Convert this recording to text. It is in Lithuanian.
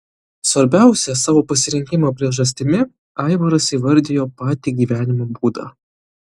svarbiausia savo pasirinkimo priežastimi aivaras įvardijo patį gyvenimo būdą